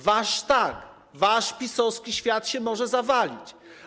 Wasz - tak, wasz PiS-owski świat się może zawalić.